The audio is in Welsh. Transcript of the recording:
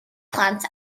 plant